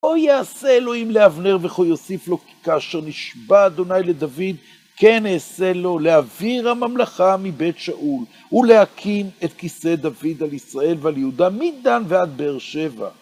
או יעשה אלוהים לאבנר וכה יוסיף לו כאשר נשבע אדוני לדוד. כן, יעשה לו, להעביר הממלכה מבית שאול, ולהקים את כיסא דוד על ישראל ועל יהודה, מדן ועד באר שבע.